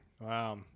wow